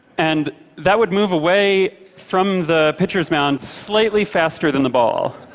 and that would move away from the pitcher's mound slightly faster than the ball.